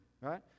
right